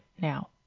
now